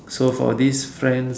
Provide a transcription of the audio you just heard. so for this friend